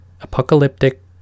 apocalyptic